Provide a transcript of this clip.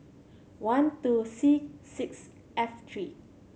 one two C six F three